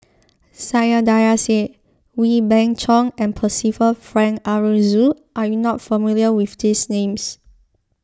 Saiedah Said Wee Beng Chong and Percival Frank Aroozoo are you not familiar with these names